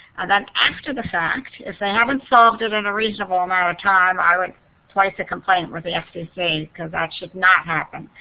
and then after the fact, if they haven't solved it in a reasonable amount of time, i would place a complaint with the ah fcc, because that should not happen.